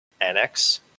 annex